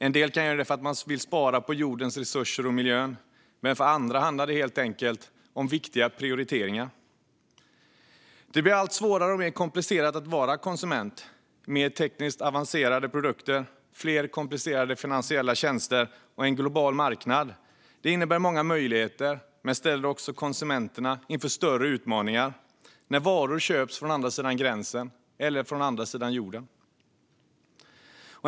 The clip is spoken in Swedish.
En del gör det för att spara på jordens resurser och miljön, men för andra handlar det helt enkelt om viktiga prioriteringar. Det blir allt svårare och mer komplicerat att vara konsument. Mer tekniskt avancerade produkter, fler komplicerade finansiella tjänster och en global marknad innebär många möjligheter men ställer också konsumenterna inför större utmaningar när varor köps från andra sidan gränsen eller från andra sidan jorden.